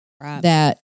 that-